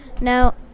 Now